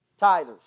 Tithers